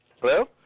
Hello